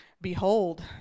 Behold